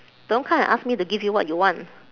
don't come and ask me to give you what you want